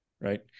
right